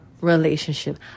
relationship